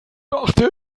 dachte